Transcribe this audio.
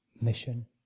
mission